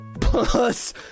Plus